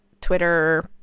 Twitter